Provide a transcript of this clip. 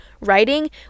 writing